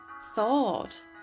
thought